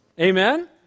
Amen